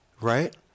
right